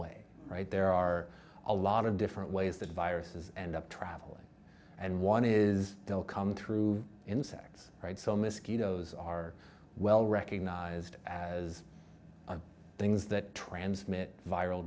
way right there are a lot of different ways that viruses and up traveling and one is they'll come through insects right so mosquitoes are well recognized as things that transmit viral